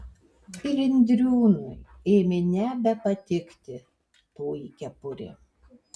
ir indriūnui ėmė nebepatikti toji kepurė